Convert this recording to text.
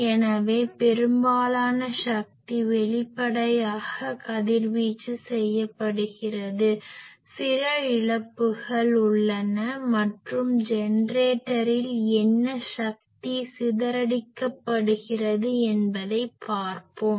எனவே பெரும்பாலான சக்தி வெளிப்படையாக கதிர்வீச்சு செய்யப்படுகிறது சில இழப்புகள் உள்ளன மற்றும் ஜெனரேட்டரில் என்ன சக்தி சிதறடிக்கப்படுகிறது என்பதை பார்ப்போம்